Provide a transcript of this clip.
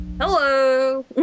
Hello